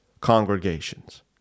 congregations